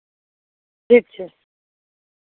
ठीक छै